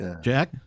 jack